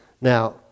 now